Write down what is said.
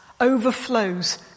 overflows